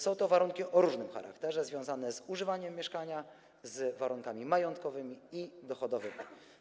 Są to warunki o różnym charakterze: związane z używaniem mieszkania, z warunkami majątkowymi i dochodowymi.